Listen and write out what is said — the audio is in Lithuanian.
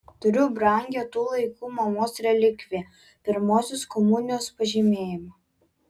turiu brangią tų laikų mamos relikviją pirmosios komunijos pažymėjimą